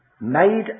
Made